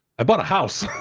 i bought a house.